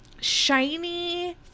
shiny